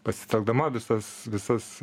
pasitelkdama visas visas